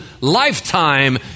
lifetime